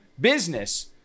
business